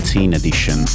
edition